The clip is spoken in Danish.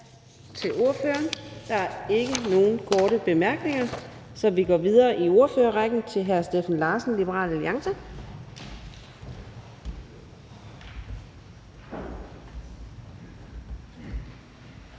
til ordføreren. Der er ikke nogen korte bemærkninger, så vi går videre i ordførerrækken til hr. Kim Edberg Andersen, Nye Borgerlige.